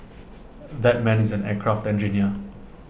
that man is an aircraft engineer